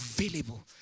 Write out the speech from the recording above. available